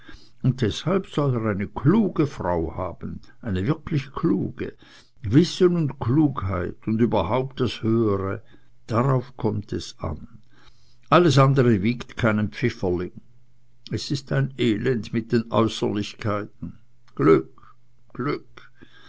und deshalb soll er eine kluge frau haben eine wirklich kluge wissen und klugheit und überhaupt das höhere darauf kommt es an alles andere wiegt keinen pfifferling es ist ein elend mit den äußerlichkeiten glück glück